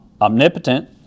omnipotent